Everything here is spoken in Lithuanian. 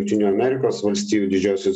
jungtinių amerikos valstijų didžiosios